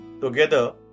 Together